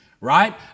right